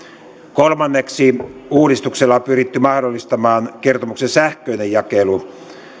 kolmanneksi uudistuksella on pyritty mahdollistamaan kertomuksen sähköinen jakelu